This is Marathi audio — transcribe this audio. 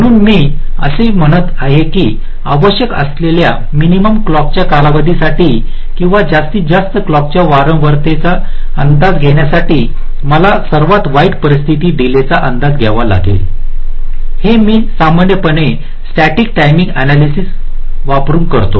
म्हणून मी असे म्हणत आहे की आवश्यक असलेल्या मिनिमम क्लॉक च्या कालावधीसाठी किंवा जास्तीत जास्त क्लॉक च्या वारंवारतेचा अंदाज घेण्यासाठी मला सर्वात वाईट परिस्थितीतील डीले चा अंदाज घ्यावा लागेल हे मी सामान्यपणे स्टॅटिक टाईमिंग अनालयसिस वापरुन करतो